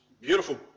beautiful